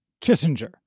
Kissinger